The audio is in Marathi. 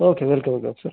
okay welcome sir